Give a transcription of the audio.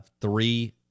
three